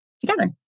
together